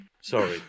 Sorry